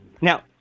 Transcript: Now